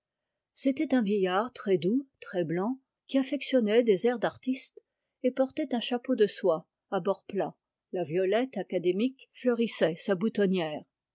c'était un vieillard très doux très blanc qui affectait des airs d'artiste et portait un chapeau de soie à bords plats la violette académique fleurissait sa boutonnière